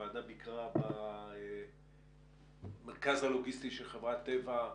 הוועדה ביקרה במרכז הלוגיסטי של חברת טבע,